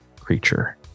creature